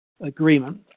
agreement